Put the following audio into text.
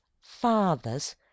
fathers